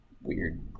weird